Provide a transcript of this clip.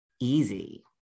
easy